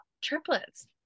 triplets